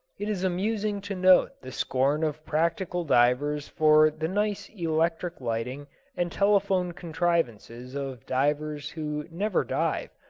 it is amusing to note the scorn of practical divers for the nice electric-lighting and telephone contrivances of divers who never dive,